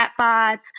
chatbots